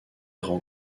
rend